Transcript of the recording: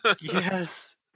Yes